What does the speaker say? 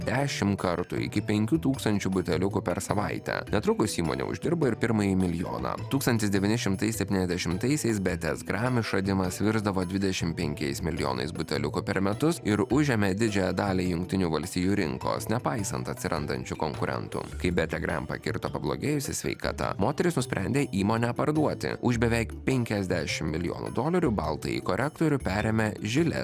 dešim kartų iki penkių tūkstančių buteliukų per savaitę netrukus įmonė uždirbo ir pirmąjį milijoną tūkstantis devyni šimtai septyniasdešimtaisiais betės gram išradimas virsdavo dvidešim penkiais milijonais buteliukų per metus ir užėmė didžiąją dalį jungtinių valstijų rinkos nepaisant atsirandančių konkurentų kai betę grem pakirto pablogėjusi sveikata moteris nusprendė įmonę parduoti už beveik penkiasdešim milijonų dolerių baltąjį korektorių perėmė žilė